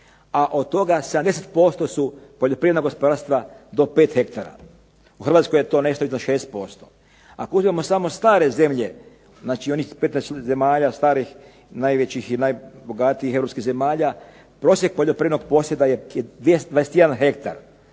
A od toga 70% su poljoprivredna gospodarstva do 5 hektara. U Hrvatskoj je to nešto iznad 6%. Ako uzmemo samo stare zemlje, znači onih 15 zemalja starih najvećih i najbogatijih europskih zemalja, prosjek poljoprivrednog posjeda je 21 hektar.